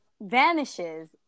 vanishes